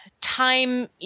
time